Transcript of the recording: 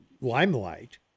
limelight